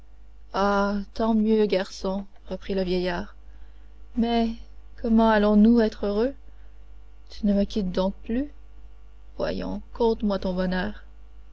tant mieux garçon reprit le vieillard mais comment allons-nous être heureux tu ne me quittes donc plus voyons conte-moi ton bonheur